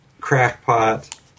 crackpot